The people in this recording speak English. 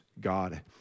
God